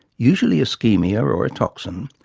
usually so ischaemia or or a toxin,